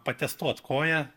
patestuot koją